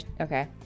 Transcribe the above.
okay